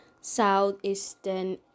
southeastern